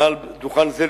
מעל דוכן זה,